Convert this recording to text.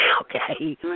Okay